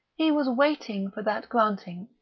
he was waiting for that granting,